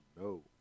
no